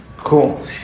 Cool